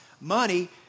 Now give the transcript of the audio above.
money